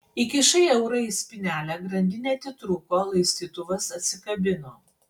įkišai eurą į spynelę grandinė atitrūko laistytuvas atsikabino